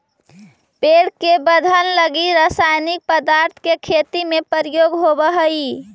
पेड़ के वर्धन लगी रसायनिक पदार्थ के खेती में प्रयोग होवऽ हई